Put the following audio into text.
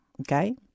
okay